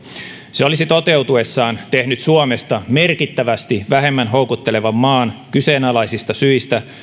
se olisi toteutuessaan tehnyt suomesta merkittävästi vähemmän houkuttelevan maan kyseenalaisista syistä